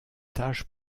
tâches